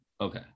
okay